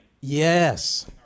Yes